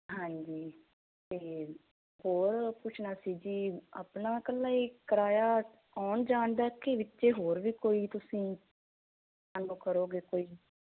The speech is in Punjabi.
ਹਾਂਜੀ ਅਤੇ ਹੋਰ ਪੁੱਛਣਾ ਸੀ ਜੀ ਆਪਣਾ ਇਕੱਲਾ ਹੀ ਕਿਰਾਇਆ ਆਉਣ ਜਾਣ ਦਾ ਕਿ ਵਿੱਚ ਹੋਰ ਵੀ ਕੋਈ ਤੁਸੀਂ ਸਾਨੂੰ ਕਰੋਗੇ ਕੋਈ